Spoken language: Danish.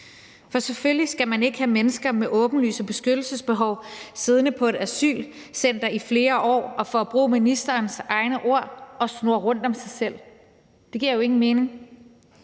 For selvfølgelig skal man ikke have mennesker med åbenlyse beskyttelsesbehov siddende på et asylcenter i flere år og – for at bruge ministerens egne ord – snurre rundt om sig selv. Det giver jo ingen mening,